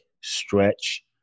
stretch